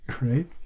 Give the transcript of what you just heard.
right